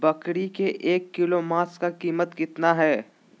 बकरी के एक किलोग्राम मांस का कीमत कितना है?